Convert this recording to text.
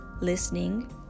listening